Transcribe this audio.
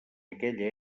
aquella